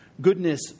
goodness